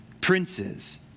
princes